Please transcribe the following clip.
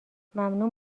ممنون